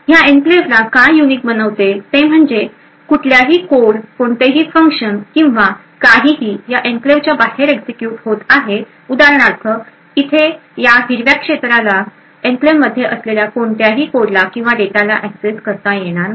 या एन्क्लेव्हला काय युनिक बनवते ते म्हणजे कुठल्याही कोड कोणतेही फंक्शन किंवा काहीही या एन्क्लेव्हच्या बाहेर एक्झिक्युट होत आहे उदाहरणार्थ येथे या हिरव्या क्षेत्राला एन्क्लेव्हमध्ये असलेल्या कोणत्याही कोडला किंवा डेटाला एक्सेस करता येणार नाही